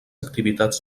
activitats